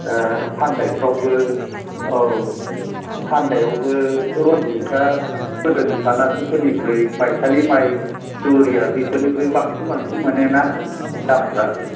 दा फाननायफ्रावबो औ फाननायावबो रनजितफ्रा गोदोनि फानाथिफोरनिख्रुइ माइसालि माइ दुरिया बेफोरनिख्रुय बांसिन बांसिन मोनो ना दामफ्रा